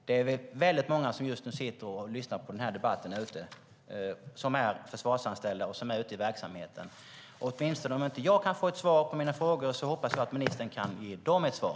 Det är väldigt många försvarsanställda som är ute i verksamheten som nu sitter och lyssnar på debatten. Om inte jag kan få ett svar på mina frågor hoppas jag att ministern åtminstone kan ge dem ett svar.